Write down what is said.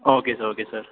okay sir okay sir